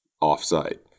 off-site